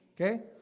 Okay